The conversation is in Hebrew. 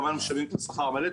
כמובן משלמים את השכר המלא,